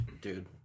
Dude